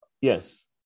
Yes